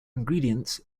ingredients